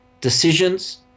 decisions